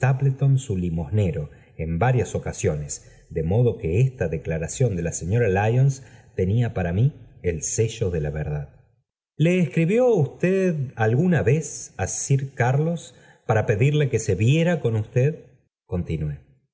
su limosnero en varias ocasiones de modo que esta declaración de la señora lyona tenía para mí el sello de la verdad le escribió usted alguna vez á sir carlos para pedirle que se viera con usted continué